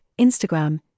Instagram